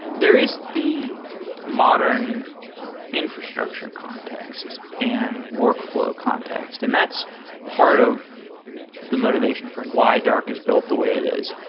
there is the modern infrastructure context and workflow context, and that's part of the motivation for why dark is built the way it is.